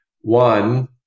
one